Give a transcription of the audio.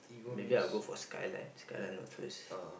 maybe I go for Skyline Skyline Northwest